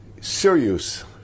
serious